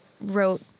wrote